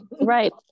Right